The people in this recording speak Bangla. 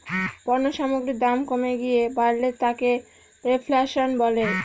পণ্য সামগ্রীর দাম কমে গিয়ে বাড়লে তাকে রেফ্ল্যাশন বলে